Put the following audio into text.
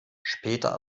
später